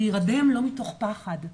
להירדם לא מתוך פחד,